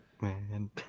Man